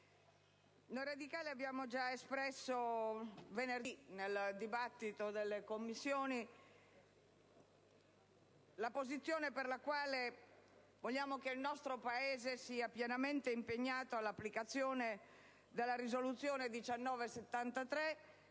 noi radicali abbiamo già espresso venerdì, nel corso del dibattito delle Commissioni riunite, la posizione per la quale vogliamo che il nostro Paese sia pienamente impegnato nell'applicazione della risoluzione n. 1973,